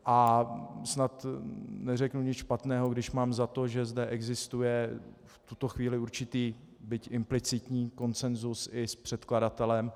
A snad neřeknu nic špatného, když mám za to, že zde existuje v tuto chvíli určitý, byť implicitní konsenzus i s předkladatelem.